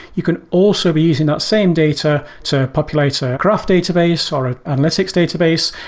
you can also be using that same data to populate a graph database or analytics database.